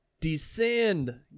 descend